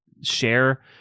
share